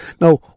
Now